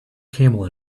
camel